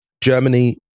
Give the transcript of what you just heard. Germany